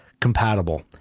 compatible